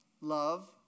Love